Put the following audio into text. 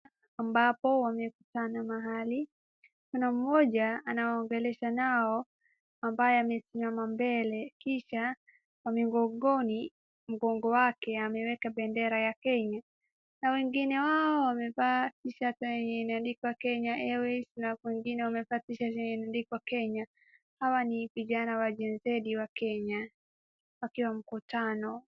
Ambapo wamekutana mahali. Kuna mmoja anawaongelesha nao, ambaye amesimama mbele. Kisha kwa migongoni, mgongo wake ameweka bendera ya Kenya. Na wengine wao wamevaa tshirt ambaye imeandikwa Kenya Airways. Alafu wengine wamevaa tshirt yenye imeandikwa Kenya. Hawa ni vijana wa gen-z wa Kenya wakiwa mkutano.